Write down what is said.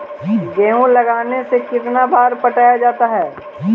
गेहूं लगने से कितना बार पटाया जाता है?